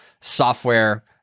software